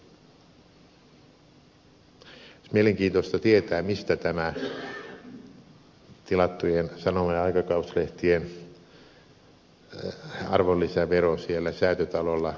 olisi mielenkiintoista tietää mistä tämä tilattujen sanoma ja aikakauslehtien arvonlisävero siellä säätytalolla keksittiin